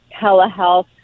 telehealth